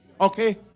Okay